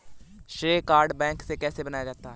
श्रेय card bank से कैसे बनवाएं?